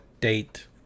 date